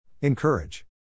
Encourage